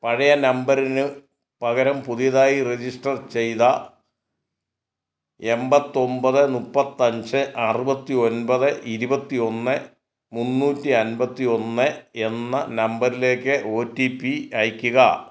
പഴയ നമ്പറിന് പകരം പുതിയതായി രജിസ്റ്റർ ചെയ്ത എൺപത്തൊമ്പത് മുപ്പത്തഞ്ച് അറുപത്തി ഒൻപത് ഇരുപത്തി ഒന്ന് മുന്നൂറ്റി അൻപത്തി ഒന്ന് എന്ന നമ്പറിലേക്ക് ഒ ടി പി അയയ്ക്കുക